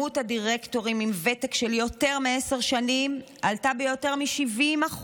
מספר הדירקטורים עם ותק של יותר מעשר שנים עלה ביותר מ-70%.